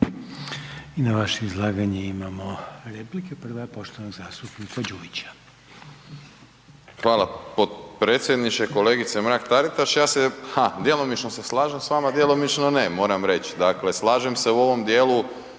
Na vaše izlaganje imamo replike, prva je poštovanog zastupnika Đujića. **Đujić, Saša (SDP)** Hvala potpredsjedniče. Kolegice Mrak TAritaš ja se djelomično slažem s vama, djelomično ne moram reć. Dakle, slažem se u ovom dijelu